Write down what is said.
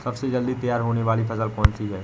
सबसे जल्दी तैयार होने वाली फसल कौन सी है?